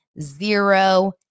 zero